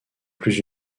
plus